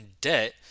debt